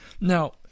Now